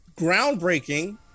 Groundbreaking